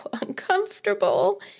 uncomfortable